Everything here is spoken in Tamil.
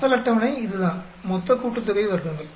அசல் அட்டவணை இதுதான் மொத்த கூட்டுத்தொகை வர்க்கங்கள்